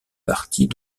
parties